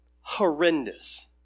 horrendous